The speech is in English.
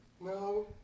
No